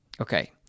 Okay